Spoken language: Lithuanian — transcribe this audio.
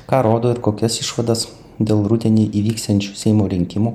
ką rodo ir kokias išvadas dėl rudenį įvyksiančių seimo rinkimų